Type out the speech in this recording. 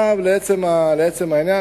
עכשיו לעצם העניין,